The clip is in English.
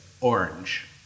Orange